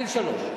עד גיל שלוש.